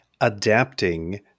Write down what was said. adapting